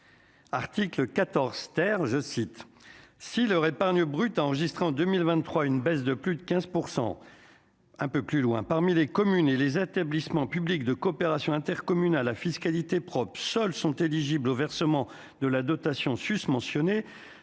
finances : si « leur épargne brute a enregistré, en 2023, une baisse de plus de 15 %[...] parmi les communes et les établissements publics de coopération intercommunale à fiscalité propre, seul[es] sont éligibles au versement de la dotation susmentionnée